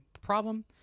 Problem